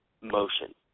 motion